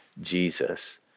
Jesus